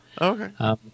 Okay